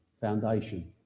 foundation